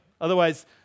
Otherwise